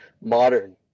modern